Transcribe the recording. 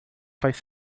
faz